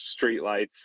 streetlights